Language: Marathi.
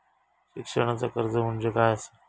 शिक्षणाचा कर्ज म्हणजे काय असा?